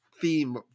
theme